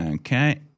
Okay